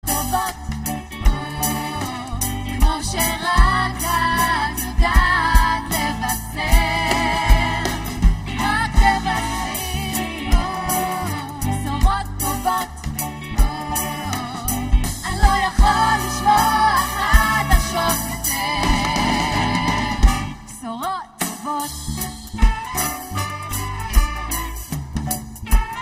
טובות, כמו שרק את יודעת לבשר. רק תבשרי בשורות טובות, אני לא יכול לשמוע חדשות יותר. בשורות טובות